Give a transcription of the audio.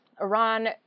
Iran